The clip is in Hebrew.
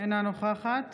אינה נוכחת